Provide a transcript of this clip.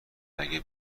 اگه